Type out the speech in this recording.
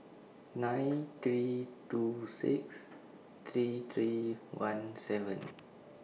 nine three two six three three one seven